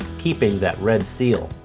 keeping that red seal.